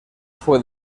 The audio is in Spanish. fue